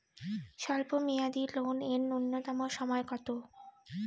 স্বল্প মেয়াদী লোন এর নূন্যতম সময় কতো?